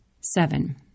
Seven